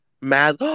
mad